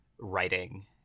writing